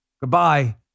Goodbye